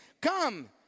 Come